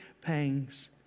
pangs